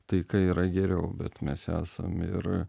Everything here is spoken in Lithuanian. taika yra geriau bet mes esam ir